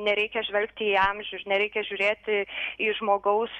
nereikia žvelgti į amžių nereikia žiūrėti į žmogaus